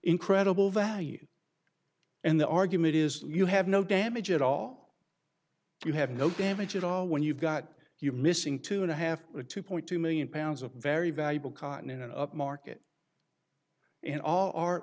incredible value and the argument is you have no damage at all you have no damage at all when you've got you missing two and a half to two point two million pounds of very valuable cotton in an up market and a